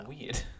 weird